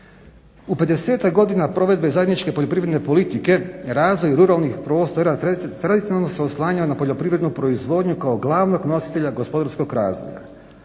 U 50-tak godina provedbe zajedničke poljoprivredne politike razvoj ruralnih prostora tradicionalno se oslanjao na poljoprivrednu proizvodnju kao glavnog nositelja gospodarskog razvoja.